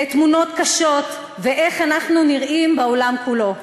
לתמונות קשות, ואיך אנחנו נראים בעולם כולו.